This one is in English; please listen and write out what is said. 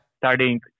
Starting